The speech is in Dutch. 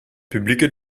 publieke